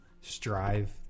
strive